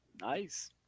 Nice